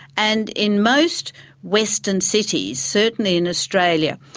and in most western cities, certainly in australia,